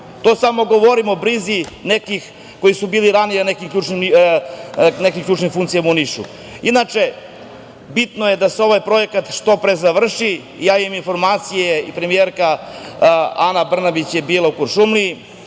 To samo govorimo o brizi nekih koji su bili ranije na nekim ključnim funkcijama u Niša. Inače, bitno je da se ovaj projekat što pre završi. Imam informacije i premijerka Ana Brnabić je bila u Kuršumliji,